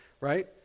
right